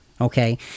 Okay